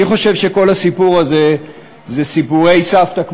אני חושב שכל הסיפור הזה זה סיפורי סבתא,